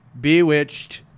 Bewitched